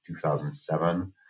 2007